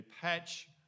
patch